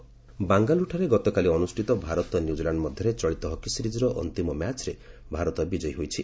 hockey ବାଙ୍ଗାଲୁରୁଠାରେ ଗତକାଲି ଅନୁଷ୍ଠିତ ଭାରତ ନ୍ୟୁଜିଲାଣ୍ଡ ମଧ୍ୟରେ ଚଳିତ ହକି ସିରିଜ୍ର ଅନ୍ତିମ ମ୍ୟାଚ୍ରେ ଭାରତ ବିଜୟୀ ହୋଇଛି